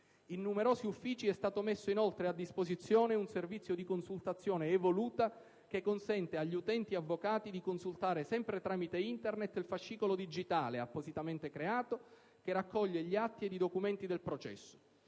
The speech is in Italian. In numerosi uffici, è stato messo inoltre a disposizione un servizio di consultazione evoluta, che consente agli utenti avvocati di consultare, sempre tramite Internet, il fascicolo digitale appositamente creato, che raccoglie gli atti e i documenti del processo.